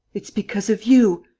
it's because of you,